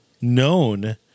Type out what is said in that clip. known